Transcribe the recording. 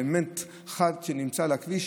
אלמנט חד שנמצא על הכביש,